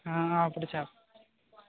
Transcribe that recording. అప్పుడు చెప్